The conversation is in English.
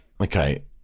Okay